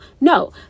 no